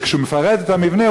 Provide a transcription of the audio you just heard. וכשהוא מפרט מה המבנה,